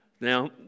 Now